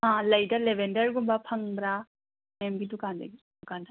ꯑꯥ ꯂꯩꯗ ꯂꯦꯕꯦꯟꯗꯔꯒꯨꯝꯕ ꯐꯪꯕ꯭ꯔ ꯃꯦꯝꯒꯤ ꯗꯨꯀꯥꯟꯗꯒꯤ ꯗꯨꯀꯥꯟꯗ